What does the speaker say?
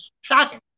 shocking